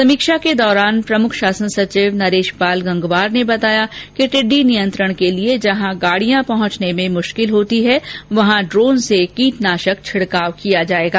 समीक्षा के दौरान प्रमुख शासन सचिव नरेशपाल गंगवार ने बताया कि टिड्डी नियंत्रण के लिए जहां गाड़ियां पहंचने में मुश्किल होती है वहां ड्रोन से कीटनाशक छिड़काव किया जाएगा